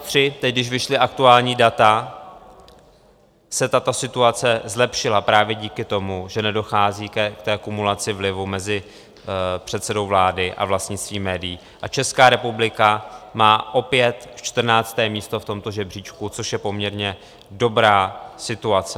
V roce 2023, teď když vyšla aktuální data, se tato situace zlepšila právě díky tomu, že nedochází k té kumulaci vlivu mezi předsedou vlády a vlastnictvím médií, a Česká republika má opět 14. místo v tomto žebříčku, což je poměrně dobrá situace.